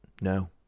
No